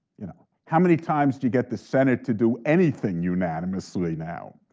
you know, how many times do you get the senate to do anything unanimously now?